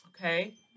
Okay